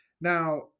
Now